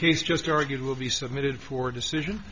case just argued will be submitted for decision